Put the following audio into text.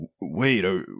wait